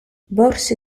borse